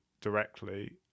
directly